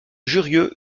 jurieu